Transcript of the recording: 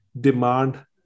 demand